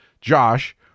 Josh